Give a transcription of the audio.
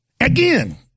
Again